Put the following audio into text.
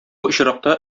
очракта